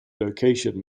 location